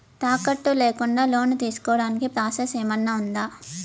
తాకట్టు లేకుండా లోను తీసుకోడానికి ప్రాసెస్ ఏమన్నా ఉందా?